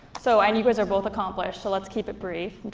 so, and you guys are both accomplished, so let's keep it brief